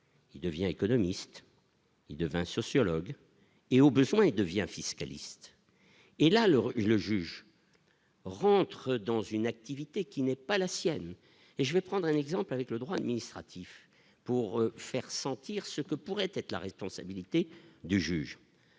qui devient économiste, il devint sociologue et au besoin devient fiscaliste et là, l'Euro, le juge rentrent dans une activité qui n'est pas la sienne, et je vais prendre un exemple avec le droit administratif pour faire sentir ce que pourrait être la responsabilité du juge